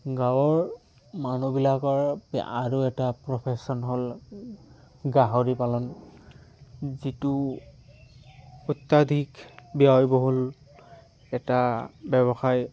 গাঁৱৰ মানুহবিলাকৰ আৰু এটা প্ৰফেচন হ'ল গাহৰি পালন যিটো অত্যাধিক ব্য়য়বহুল এটা ব্যৱসায়